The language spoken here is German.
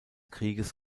krieges